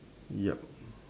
ya